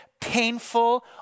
painful